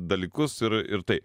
dalykus ir ir tai